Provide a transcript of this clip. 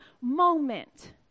moment